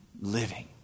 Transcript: living